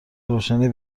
روشنی